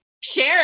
Share